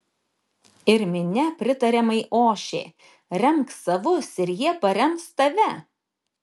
ir minia pritariamai ošė remk savus ir jie parems tave